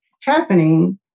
happening